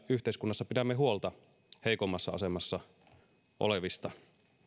yhteiskunnassa pidämme huolta heikoimmassa asemassa olevista